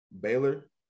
Baylor